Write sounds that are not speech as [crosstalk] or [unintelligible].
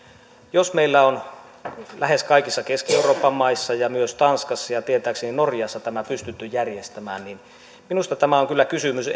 jos meillä on lähes kaikissa keski euroopan maissa ja myös tanskassa ja tietääkseni norjassa tämä pystytty järjestämään niin minusta tässä on kyllä kysymys [unintelligible]